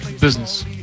Business